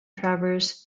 travers